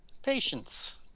Patience